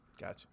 Gotcha